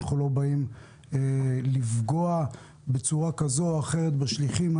אנחנו לא באים לפגוע בצורה כזו או אחרת בשליחים,